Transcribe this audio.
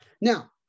Now